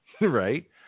right